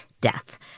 death